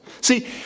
See